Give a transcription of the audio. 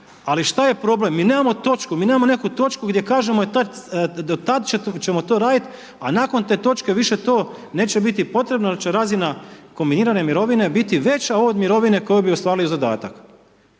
Ali šta je problem? Mi nemamo točku, mi nemamo nekakvu točku gdje kažemo do tada ćemo to raditi a nakon te točke više to neće biti potrebno jer će razina kombinirane mirovine biti veća od mirovine koju bi ostvarili uz dodatak.